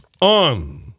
On